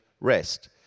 rest